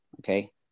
okay